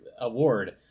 award